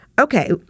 Okay